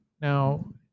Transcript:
now